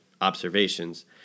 observations